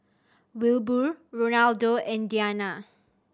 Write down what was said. Wilbur Ronaldo and Deana